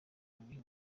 buhindi